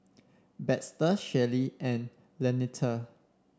Baxter Shelley and Lanita